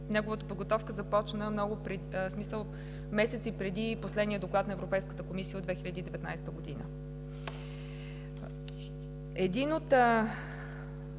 Неговата подготовка започна месеци преди последния доклад на Европейската комисия от 2019 г. Една от